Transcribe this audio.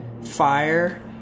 fire